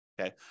Okay